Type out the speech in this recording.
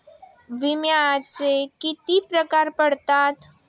विम्याचे किती प्रकार पडतात?